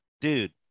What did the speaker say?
dude